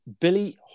Billy